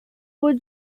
would